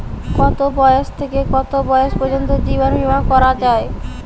কতো বয়স থেকে কত বয়স পর্যন্ত জীবন বিমা করা যায়?